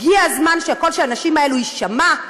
הגיע הזמן שהקול של הנשים האלה יישמע.